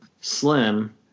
slim